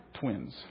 twins